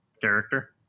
character